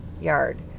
yard